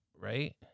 Right